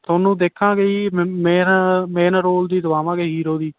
ਤੁਹਾਨੂੰ ਦੇਖਾਂਗੇ ਜੀ ਮੇਰਾ ਮੇਨ ਮੇਨ ਰੋਲ ਦੀ ਦਿਵਾਵਾਂਗੇ ਹੀਰੋ ਦੀ